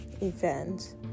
event